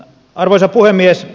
arvoisa puhemies